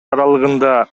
аралыгында